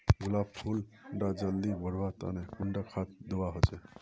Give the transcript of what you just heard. गुलाब फुल डा जल्दी बढ़वा तने कुंडा खाद दूवा होछै?